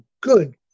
good